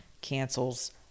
cancels